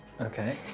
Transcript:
Okay